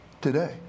today